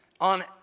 on